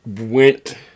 went